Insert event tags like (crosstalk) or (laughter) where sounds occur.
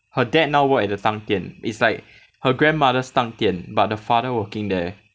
her dad now work at the 当点 it's like (breath) her grandmother's 当点 but the father working there